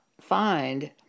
find